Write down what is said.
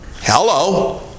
Hello